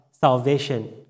salvation